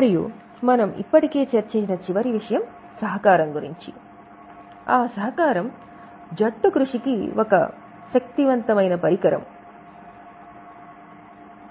మరియు మనము ఇప్పటికే చర్చించిన చివరి విషయం సహకారం గురించి ఆ సహకారం జట్టుకృషికి ఒక శక్తివంతమైన పరికరం